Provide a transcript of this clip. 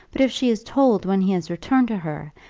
but if she is told when he has returned to her,